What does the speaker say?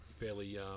fairly